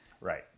right